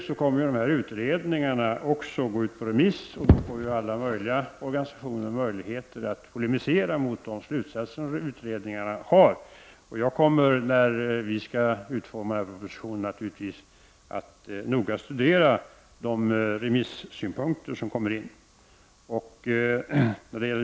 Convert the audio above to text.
Nu kommer dessa utredningar också att gå ut på remiss, och då för alla möjliga organisationer möjlighet att polemisera mot de slutsatser som utredningarna har kommit fram till. När regeringen skall utforma propositioner kommer jag naturligtvis att noga studera de remissynpunkter som kommit in.